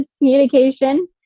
communication